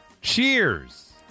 Cheers